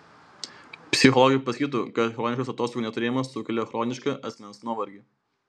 psichologai pasakytų kad chroniškas atostogų neturėjimas sukelia chronišką asmens nuovargį